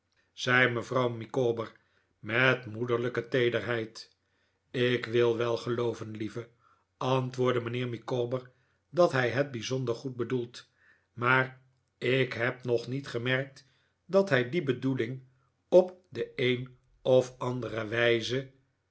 zei mevrouw micawber met mbederlijke teederheid ik wil wel gelooven lieve antwoordde mijnheer micawber dat hij het bijzonder goed bedoelt maar ik heb nog niet gemerkt dat hij die bedoeling op de een of andere wijze